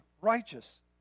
righteous